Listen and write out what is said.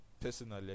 personally